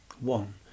One